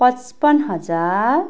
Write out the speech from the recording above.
पचपन्न हजार